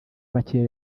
makeya